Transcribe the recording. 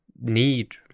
need